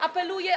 Apeluję.